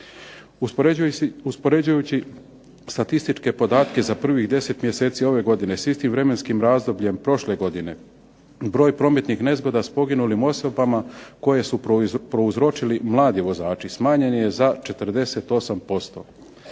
Uspoređujući statističke podatke za prvih 10 mjeseci ove godine s istim vremenskim razdobljem prošle godine, broj prometnih nezgoda s poginulim osobama koje su prouzročili mladi vozači smanjen je za 48%,